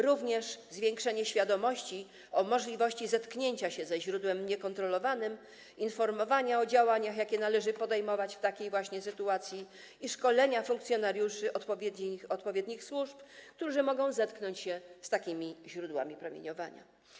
Również zwiększenie świadomości o możliwości zetknięcia się ze źródłem niekontrolowanym, informowanie o działaniach, jakie należy podejmować w takiej właśnie sytuacji, i szkolenia funkcjonariuszy odpowiednich służb, którzy mogą zetknąć się z takimi źródłami promieniowania.